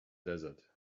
desert